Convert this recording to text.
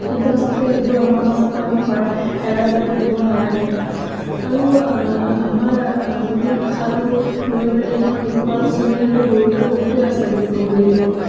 কিন্তু আচলতে সেইবোৰ আমাৰ মাজৰ পৰা আমি শৰাই হেৰাই যাব দিব নালাগে আৰু আমাৰ অসমীয়া ভাষাটো লৈ পিনে এখন শিশু আলোচনীৰটো গুৰুত্ব বহুতেই আছে বুলি ক'ব লাগিব